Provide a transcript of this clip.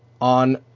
on